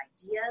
ideas